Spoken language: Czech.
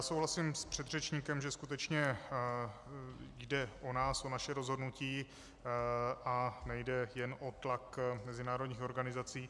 Souhlasím s předřečníkem, že skutečně jde o nás, o naše rozhodnutí a nejde jen o tlak mezinárodních organizací.